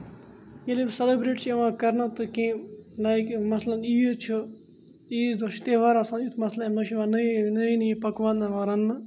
ییٚلہِ أسۍ سیلِبریٹ چھِ یِوان کَرنہٕ تہٕ کینٛہہ لایک مثلاً عیٖد چھُ عیٖز دۄہ چھِ تیٚہوار آسان یُتھ مثلاً اَمہِ منٛز چھِ یِوان نٔے نٔے نٔے پَکوان رَننہٕ